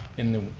in the